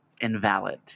invalid